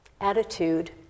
attitude